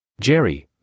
Jerry